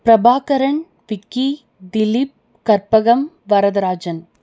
Prabhakaran Vicky Dileep Karpagam Varadarajan